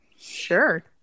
sure